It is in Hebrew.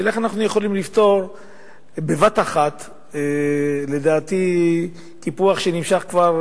השאלה איך אנחנו יכולים לפתור בבת אחת קיפוח שלדעתי נמשך כבר